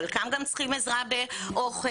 חלקם גם צריכים עזרה עם אוכל,